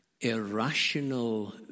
irrational